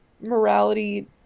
morality